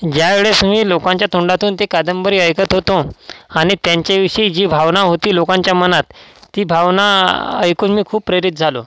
ज्यावेळेस मी लोकांच्या तोंडातून ती कादंबरी ऐकत होतो आणि त्यांच्याविषयी जी भावना होती लोकांच्या मनात ती भावना ऐकून मी खूप प्रेरित झालो